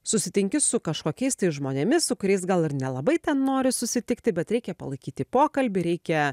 susitinki su kažkokiais tais žmonėmis su kuriais gal ir nelabai ten nori susitikti bet reikia palaikyti pokalbį reikia